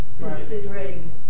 considering